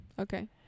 okay